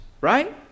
right